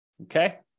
Okay